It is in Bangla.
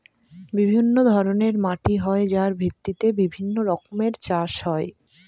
বিভিন্ন ধরনের মাটি হয় যার ভিত্তিতে বিভিন্ন রকমের চাষ হয়